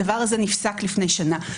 הדבר הזה נפסק לפני שנה.